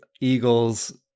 Eagles